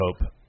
hope